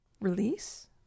release